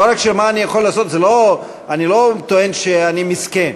זה לא רק "מה אני יכול לעשות" אני לא טוען שאני מסכן,